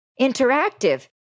Interactive